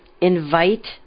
Invite